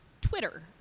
Twitter